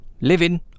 living